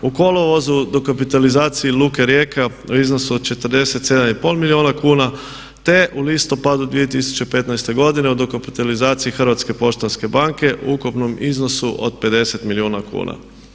U kolovozu dokapitalizaciji luke Rijeka u iznosu od 47 i pol milijuna kuna, te u listopadu 2015. godine u dokapitalizaciji Hrvatske poštanske banke u ukupnom iznosu od 50 milijuna kuna.